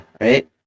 right